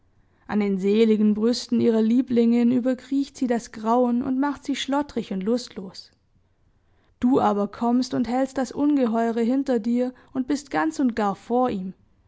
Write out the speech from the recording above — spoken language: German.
an den seligen brüsten ihrer lieblingin überkriecht sie das grauen und macht sie schlottrig und lustlos du aber kommst und hältst das ungeheuere hinter dir und bist ganz und gar vor ihm